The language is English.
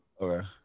okay